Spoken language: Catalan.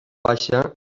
baixa